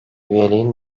üyeliğin